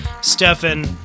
Stefan